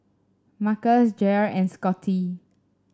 Marcus Jair and Scotty